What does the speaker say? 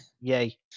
yay